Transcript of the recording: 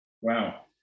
wow